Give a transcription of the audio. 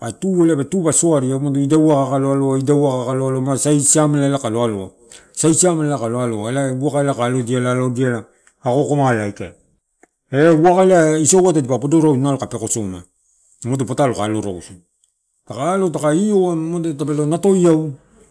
kai tu, tu pe soaria umado ida uwaka lo aloa ida uwaka lo aloa ma, sai siamela kai lo aloa. Sai siamela kai lo aloa elai ia uwaka ela kailo alodia, alodia akoakomala aikala ela ia uwaka ela isouai tadipa podo rausu nalo kai peko soma umado patalo kai alo rausu, taka aloegu taka ioua umado tape lo natoia.